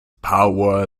power